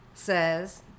says